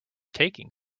taking